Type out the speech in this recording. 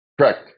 Correct